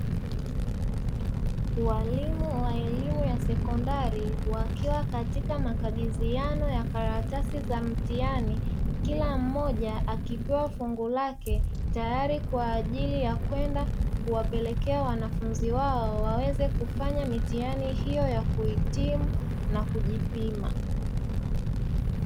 Walimu wa elimu ya sekondari wakiwa katika makabidhiano ya karatasi za mtihani. Kila mmoja akipewa fungu lake tayari kwa ajili ya kwenda kuwapelekea wanafunzi wao waweze kufanya mitihani hiyo ya kuhitimu na kujipima.